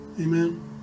Amen